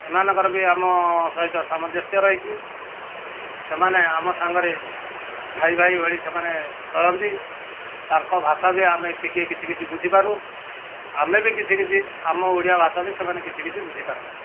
ଏମାନଙ୍କର ବି ଆମ ସହିତ ସାମଞ୍ଜସ୍ୟ ରହିଛି ସେମାନେ ଆମ ସାଙ୍ଗରେ ଭାଇ ଭାଇ ଭଳି ସେମାନେ ଚଳନ୍ତି ତାଙ୍କ ଭାଷା ବି ଆମେ ଟିକେ କିଛି କିଛି ବୁଝିପାରୁ ଆମେ ବି କିଛି କିଛି ଆମ ଓଡ଼ିଆ ଭାଷା ବି ସେମାନେ କିଛି କିଛି ବୁଝିପାରନ୍ତି